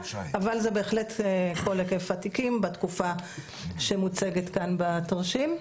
אבל זה בהחלט כל היקף התיקים בתקופה שמוצגת כאן בתרשים.